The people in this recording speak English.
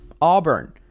auburn